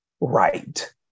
right